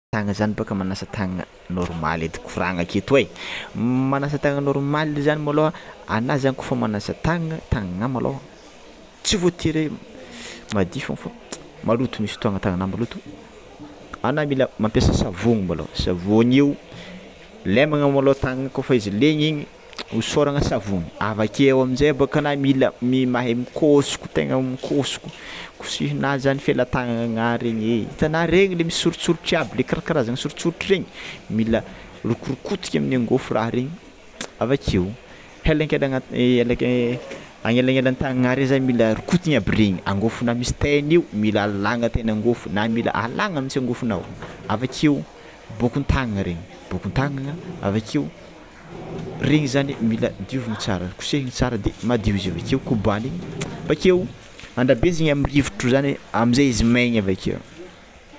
Anao zany boka manasa tagnagna, normaly edy koa vorahana aketo e, manasa tagnagna normaly zany môlô anao zany kôfa magnasa tagnagna tagnagnao malôha tsy votery madio fogny maloto misy fotoagna tagnagnao maloto ano mila mampiasa savony malôha, savony lemana malôha tagnagna kôfa izy legna igny hosorana savony avakeo amizay bôka anao mila mi- mahay mikosoka tegna mikosoko, kosehinao zany felatagnagnanao regny e itanao reny le misy soritsoritra misy karakarazagna soritsoritra regny mila rokorokotiky amin'ny angofo raha regny avakeo, helankelana- helakelantangna an'elanelantagnagna regny zany mila rokotona aby regny angofonao misy tainy io mila alagna tain'angofo, na mila alagna mihintsy angofonao, avakeo regny bokon-tagnagna regny bokon-tagnagna avakeo regny zany mila dioviny tsara kosehiny tsara de madio izy avakeo kobaniny bakeo andrabezingna amin'ny rivotro zany amizay maigny izy avakeo.